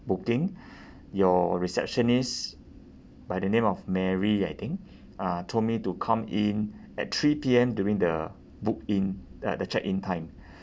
booking your receptionist by the name of mary I think uh told me to come in at three P_M during the book in uh the check in time